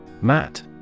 Matt